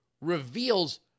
reveals